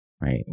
right